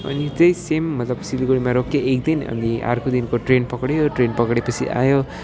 अनि त्यही सेम मतलब सिलगुडीमा रोकियो एकदिन अनि अर्को दिनको ट्रेन पक्ड्यो ट्रेन पक्डेपछि आयो